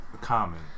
Common